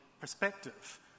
perspective